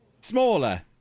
smaller